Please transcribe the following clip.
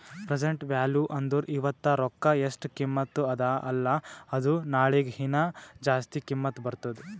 present value ಅಂದುರ್ ಇವತ್ತ ರೊಕ್ಕಾ ಎಸ್ಟ್ ಕಿಮತ್ತ ಅದ ಅಲ್ಲಾ ಅದು ನಾಳಿಗ ಹೀನಾ ಜಾಸ್ತಿ ಕಿಮ್ಮತ್ ಬರ್ತುದ್